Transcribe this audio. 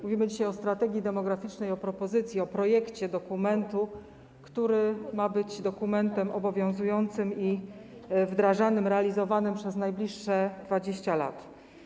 Mówimy dzisiaj o strategii demograficznej, o propozycji, o projekcie dokumentu, który ma być dokumentem obowiązującym, wdrażanym, realizowanym przez najbliższe 20 lat.